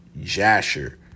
Jasher